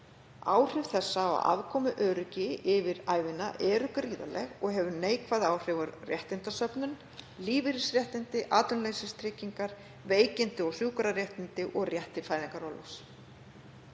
Áhrif þessa á afkomuöryggi yfir ævina eru gríðarleg og hefur þetta neikvæð áhrif á réttindasöfnun, lífeyrisréttindi, atvinnuleysistryggingar, veikinda- og sjúkraréttindi og rétt til fæðingarorlofs.